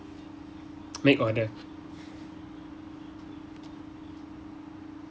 make order